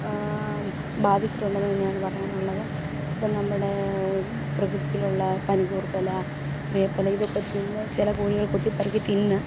ബാധിച്ചിട്ടുണ്ടെന്ന് തന്നെയാണ് പറയാനുള്ളത് ഇപ്പം നമ്മുടെ പ്രകൃതിയിൽ ഉള്ള പനികൂർക്ക ഇല വേപ്പില ഇതൊക്കെ തിന്ന് ചില കോഴികൾ കൊത്തി പെറുക്കി തിന്ന്